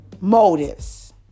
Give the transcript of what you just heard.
motives